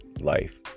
life